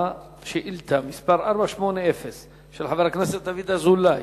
שאילתא מס' 480 של חבר הכנסת דוד אזולאי,